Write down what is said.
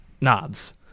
nods